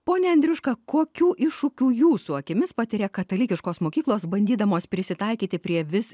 pone andriuška kokių iššūkių jūsų akimis patiria katalikiškos mokyklos bandydamos prisitaikyti prie vis